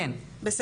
כן, בואי נתקדם.